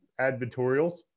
advertorials